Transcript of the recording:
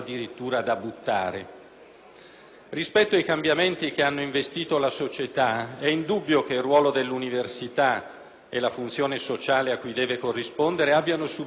Rispetto ai cambiamenti che hanno investito la società è indubbio che il ruolo dell'università e la funzione sociale a cui deve corrispondere abbiano subito bruschi rivolgimenti: